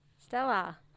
Stella